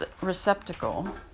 receptacle